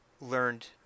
learned